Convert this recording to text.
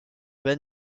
bas